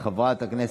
חג